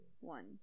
One